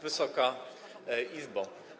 Wysoka Izbo!